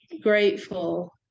grateful